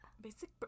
basic